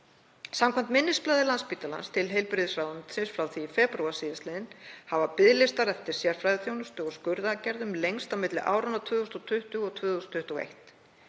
Samkvæmt minnisblaði Landspítalans til heilbrigðisráðuneytis frá því í febrúar sl. hafa biðlistar eftir sérfræðiþjónustu og skurðaðgerðum lengst á milli áranna 2020 og 2021.